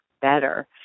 better